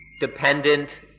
dependent